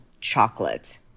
chocolate